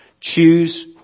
Choose